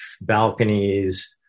balconies